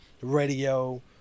radio